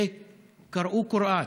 וקראו קוראן,